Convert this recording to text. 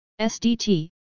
SDT